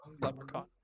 Leprechaun